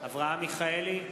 אברהם מיכאלי,